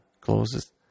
closes